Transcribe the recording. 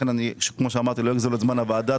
לכן, כמו שאמרתי, לא אגזול את זמן הוועדה.